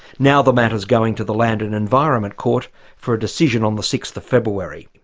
now the matter's going to the land and environment court for a decision on the sixth of february.